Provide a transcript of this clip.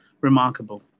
remarkable